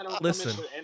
Listen